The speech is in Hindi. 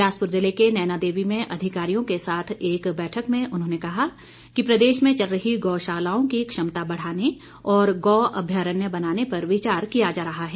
बिलासपुर जिले के नयना देवी में अधिकारियों के साथ एक बैठक में उन्होंने कहा कि प्रदेश में चल रही गोशालाओं की क्षमता बढ़ाने और गौ अभ्यारण्य बनाने पर विचार किया जा रहा है